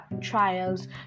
trials